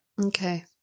okay